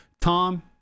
Tom